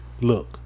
look